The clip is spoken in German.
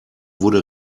wurde